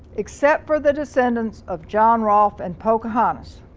except for the descendants of john rolfe and pocahontas.